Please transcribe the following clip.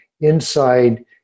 inside